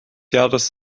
jahres